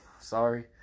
Sorry